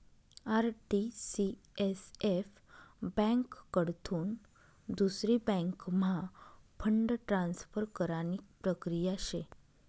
RTCSF ब्यांककडथून दुसरी बँकम्हा फंड ट्रान्सफर करानी प्रक्रिया शे